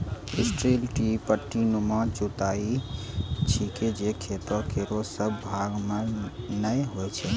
strip till पट्टीनुमा जुताई छिकै जे खेतो केरो सब भाग म नै होय छै